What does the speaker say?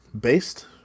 based